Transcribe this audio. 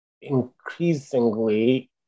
increasingly